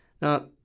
Now